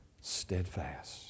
steadfast